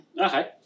okay